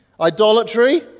Idolatry